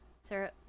Sarah